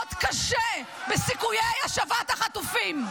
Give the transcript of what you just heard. ופוגעות קשה בסיכויי השבת החטופים.